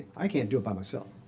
i can't do it by myself.